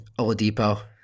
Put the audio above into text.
Oladipo